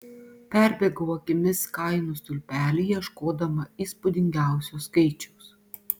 perbėgau akimis kainų stulpelį ieškodama įspūdingiausio skaičiaus